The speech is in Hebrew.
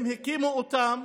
הם הקימו אותן